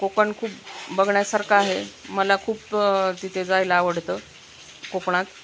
कोकण खूप बघण्यासारखं आहे मला खूप तिथे जायला आवडतं कोकणात